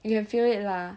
you can feel it lah